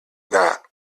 not